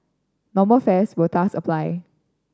normal fares will thus apply